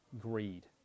greed